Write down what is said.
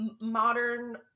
modern